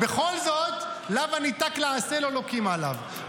בכל זאת לאו הניתק לעשה לא לוקים עליו,